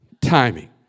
timing